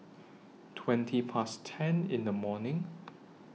twenty Past ten in The morning